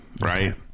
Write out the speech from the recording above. right